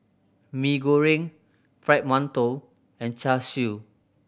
Mee Goreng Fried Mantou and Char Siu